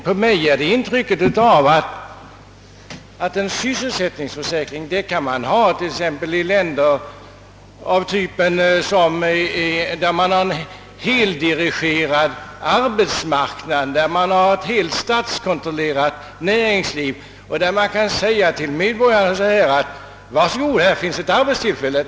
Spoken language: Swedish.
På mig gör den ett intryck av något som man kan ha i länder med en heldirigerad arbetsmarknad och ett helt statskontrollerat näringsliv, där man kan säga till medborgaren: »Var så god, här finns ett arbetstillfälle.